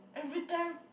every time